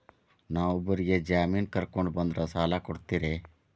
ನಾ ಇಬ್ಬರಿಗೆ ಜಾಮಿನ್ ಕರ್ಕೊಂಡ್ ಬಂದ್ರ ಸಾಲ ಕೊಡ್ತೇರಿ?